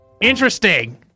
interesting